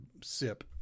sip